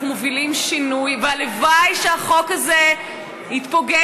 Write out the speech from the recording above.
אנחנו מובילים שינוי, והלוואי שהחוק הזה יתפוגג,